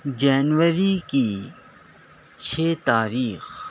جنوری کی چھ تاریخ